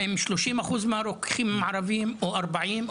האם כ-30% מהרופאים הם ערבים או 40%?